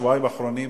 את השבועיים האחרונים,